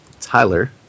Tyler